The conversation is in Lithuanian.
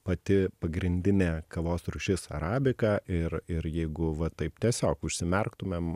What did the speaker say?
pati pagrindinė kavos rūšis arabika ir ir jeigu va taip tiesiog užsimerktumėm